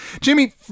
Jimmy